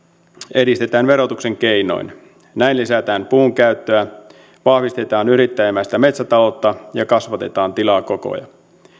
edistetään verotuksen keinoin näin lisätään puun käyttöä vahvistetaan yrittäjämäistä metsätaloutta ja kasvatetaan tilakokoja